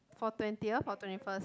for twentieth for twenty first